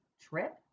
trip